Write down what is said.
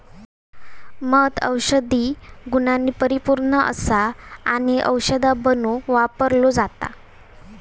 मध औषधी गुणांनी परिपुर्ण असा आणि औषधा बनवुक वापरलो जाता